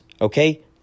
Okay